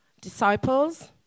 Disciples